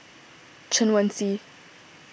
Chen Wen Hsi